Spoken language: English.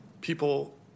People